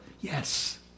Yes